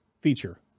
feature